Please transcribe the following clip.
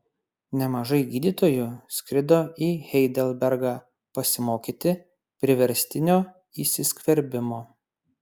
nemažai gydytojų skrido į heidelbergą pasimokyti priverstinio įsiskverbimo